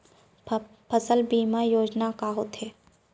फसल बीमा योजना का होथे?